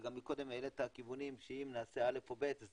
וגם מקודם העלית כיוונים שאם נעשה א' או ב' אז